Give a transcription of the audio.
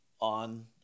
on